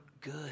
good